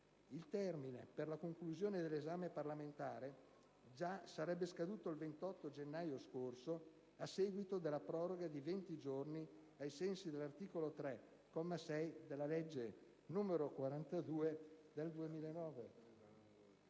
Il termine per la conclusione dell'esame parlamentare già sarebbe scaduto il 28 gennaio scorso, a seguito della proroga di 20 giorni, ai sensi dell'articolo 3, comma 6, della legge n. 42 del 2009.